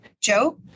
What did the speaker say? Joe